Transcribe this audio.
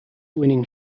winning